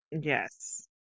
Yes